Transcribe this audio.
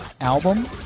album